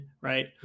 right